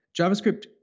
JavaScript